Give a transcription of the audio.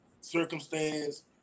circumstance